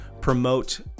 promote